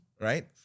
right